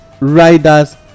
riders